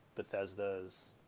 Bethesda's